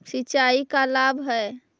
सिंचाई का लाभ है?